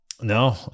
No